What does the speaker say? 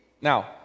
now